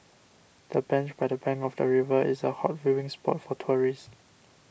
the bench by the bank of the river is a hot viewing spot for tourists